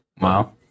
Wow